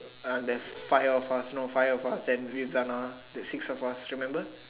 uh the five of us no five of us then with Zana the six of us remember